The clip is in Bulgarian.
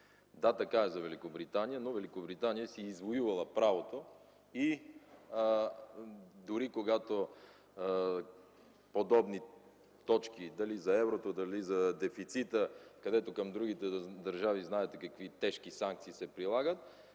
Да, така е за Великобритания, но Великобритания си е извоювала правото. Дори когато подобни точки – дали за еврото, дали за дефицита – знаете какви тежки санкции се прилагат